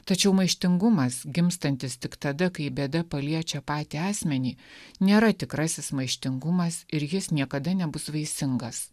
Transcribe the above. tačiau maištingumas gimstantis tik tada kai bėda paliečia patį asmenį nėra tikrasis maištingumas ir jis niekada nebus vaisingas